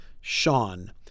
Sean